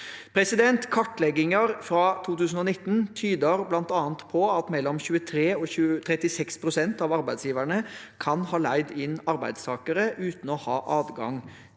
innleie. Kartlegginger fra 2019 tyder bl.a. på at mellom 23 og 36 pst. av arbeidsgiverne kan ha leid inn arbeidstakere uten å ha adgang